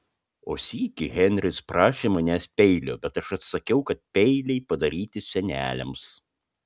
o sykį henris prašė manęs peilio bet aš atsakiau kad peiliai padaryti seneliams